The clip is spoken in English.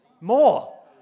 More